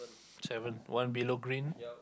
seven one below green